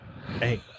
Hey